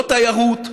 לא תיירות,